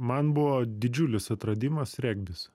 man buvo didžiulis atradimas regbis